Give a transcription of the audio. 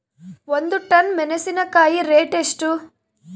ಒಂದು ಟನ್ ಮೆನೆಸಿನಕಾಯಿ ರೇಟ್ ಎಷ್ಟು?